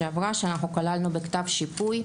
בשנה שעברה היו שתי חברות אבטחה שכללנו בכתב השיפוי.